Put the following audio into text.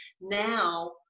now